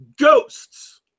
ghosts